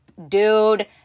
Dude